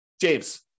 James